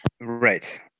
Right